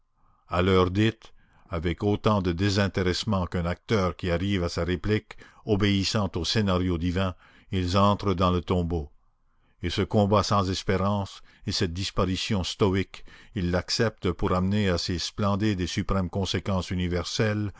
à l'heure dite avec autant de désintéressement qu'un acteur qui arrive à sa réplique obéissant au scénario divin ils entrent dans le tombeau et ce combat sans espérance et cette disparition stoïque ils l'acceptent pour amener à ses splendides et suprêmes conséquences universelles